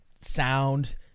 Sound